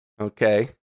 okay